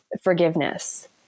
forgiveness